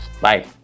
Bye